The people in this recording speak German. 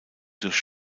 durch